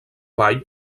vall